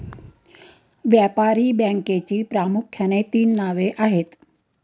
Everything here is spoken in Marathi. व्यापारी बँकेची प्रामुख्याने तीन नावे आहेत